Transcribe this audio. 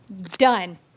Done